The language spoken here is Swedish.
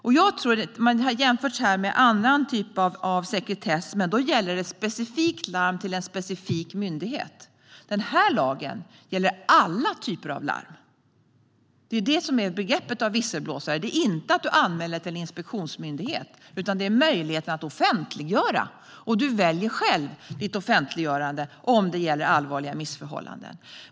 Det har här gjorts jämförelser med annan typ av sekretess, men då gäller det ett specifikt larm till en specifik myndighet. Den här lagen gäller alla typer av larm. Det är det som är begreppet visselblåsare. Det är inte att du anmäler till en inspektionsmyndighet, utan det är möjligheten att offentliggöra, och du väljer själv om du vill offentliggöra allvarliga missförhållanden.